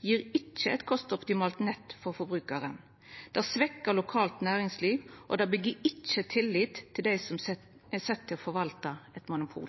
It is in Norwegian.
gjev ikkje eit kostoptimalt nett for forbrukarane, det svekkjer lokalt næringsliv, og det byggjer ikkje tillit til dei som er sette til å forvalta eit monopol.